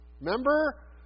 Remember